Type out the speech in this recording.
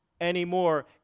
anymore